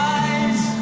eyes